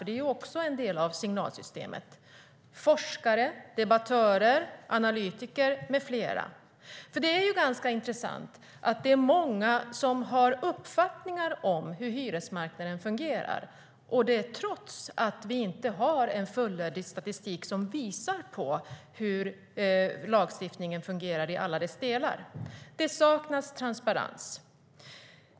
De är också en del av signalsystemet. Det saknas transparens.